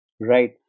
Right